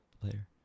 player